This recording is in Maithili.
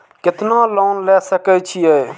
केतना लोन ले सके छीये?